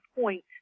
point